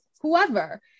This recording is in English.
whoever